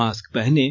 mask पहनें